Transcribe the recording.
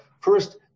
first